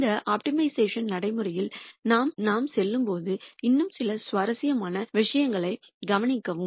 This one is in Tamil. இந்த ஆப்டிமைசேஷன் நடைமுறையில் நாம் செல்லும்போது இன்னும் சில சுவாரஸ்யமான விஷயங்களையும் கவனிக்கவும்